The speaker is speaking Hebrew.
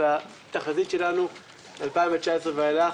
והתחזית שלנו ב-2019 ואילך